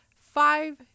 five